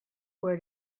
where